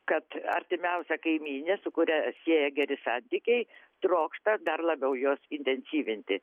kad artimiausia kaimynė su kuria sieja geri santykiai trokšta dar labiau juos intensyvinti